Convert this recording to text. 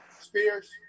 Spears